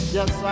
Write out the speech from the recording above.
Yes